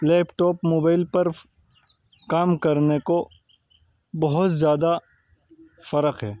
لیپ top mobile پر کام کرنے کو بہت زیادہ فرق ہے